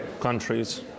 countries